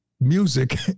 music